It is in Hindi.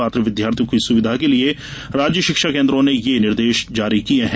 पात्र विद्यार्थियों की सुविधा की लिये राज्य शिक्षा केन्द्र ने ये निर्देश जारी किये हैं